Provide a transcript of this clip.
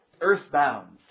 Earthbound